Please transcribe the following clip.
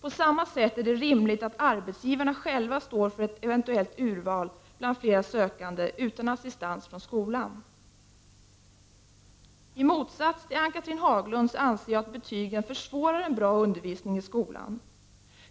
På samma sätt är det rimligt att arbetsgivarna själva står för ett eventuellt urval bland flera sökande, utan assistans från skolan. I motsats till Ann-Cathrine Haglund anser jag att betygen försvårar en bra undervisning i skolan.